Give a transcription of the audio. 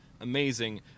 amazing